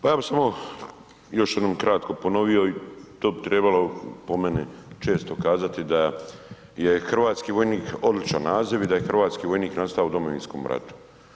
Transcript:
Pa ja bi samo još jednom kratko ponovio i to bi trebalo po meni često kazati da je hrvatski vojnik odličan naziv i da je hrvatski vojnik nastavo u Domovinskom ratu.